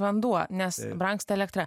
vanduo nes brangsta elektra